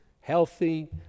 Healthy